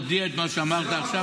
את מה שאמרת עכשיו תודיע שם.